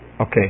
Okay